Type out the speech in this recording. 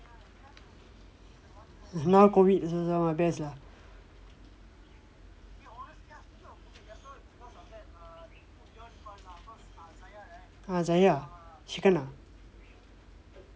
now COVID is also the best lah ah zaya she kena